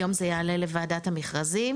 היום זה יעלה לוועדת המכרזים,